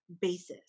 basis